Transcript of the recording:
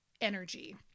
energy